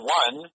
one